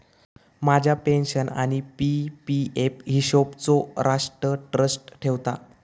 माझ्या पेन्शन आणि P P F हिशोबचो राष्ट्र ट्रस्ट ठेवता